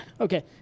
Okay